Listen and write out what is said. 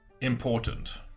important